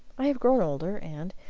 i have grown older, and,